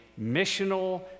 missional